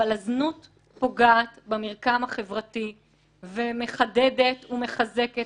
אבל הזנות פוגעת במרקם החברתי ומחדדת ומחזקת